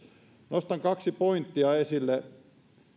nostan kaksi pointtia esille